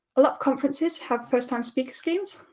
a lot of conferences have first-time speaker schemes,